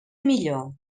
millor